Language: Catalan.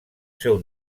seu